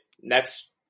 next